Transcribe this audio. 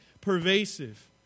Pervasive